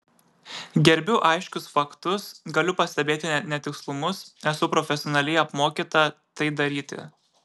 gerbiu aiškius faktus galiu pastebėti netikslumus esu profesionaliai apmokyta tai daryti